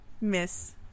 Miss